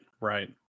right